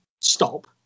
stop